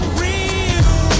real